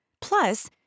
Plus